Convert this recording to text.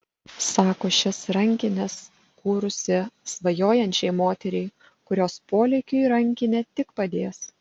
sako šias rankines kūrusi svajojančiai moteriai kurios polėkiui rankinė tik padės